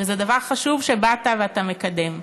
וזה דבר חשוב שבאת ואתה מקדם.